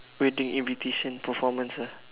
we're doing invitation performance ah